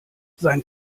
sein